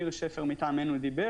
ניר שפר דיבר מטעמנו.